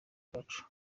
bwacu